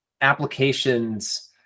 applications